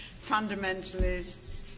fundamentalists